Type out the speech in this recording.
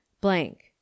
blank